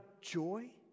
joy